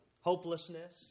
hopelessness